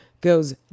goes